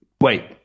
Wait